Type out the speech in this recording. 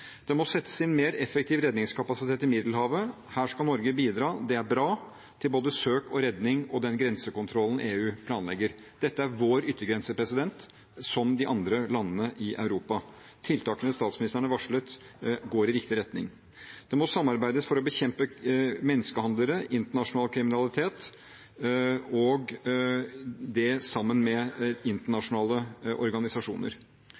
Det må settes inn mer effektiv redningskapasitet i Middelhavet. Her skal Norge bidra – det er bra – til både søk og redning og den grensekontrollen EU planlegger. Dette er vår yttergrense, som de andre landene i Europa. Tiltakene statsministeren har varslet, går i riktig retning. Det må samarbeides for å bekjempe menneskehandlere og internasjonal kriminalitet sammen med internasjonale organisasjoner.